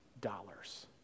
dollars